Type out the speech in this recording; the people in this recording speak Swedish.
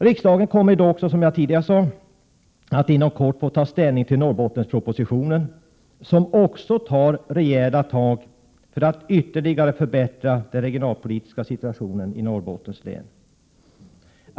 Riksdagen kommer dessutom, som jag tidigare sade, att inom kort få ta ställning till Norrbottenspropositionen som också innebär att rejäla tag tas för att ytterligare förbättra den regionalpolitiska situationen i Norrbottens län.